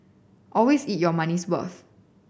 always eat your money's worth